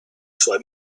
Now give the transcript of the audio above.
suoi